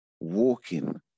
Walking